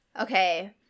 Okay